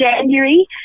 january